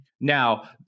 Now